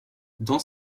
dans